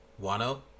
Wano